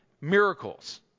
miracles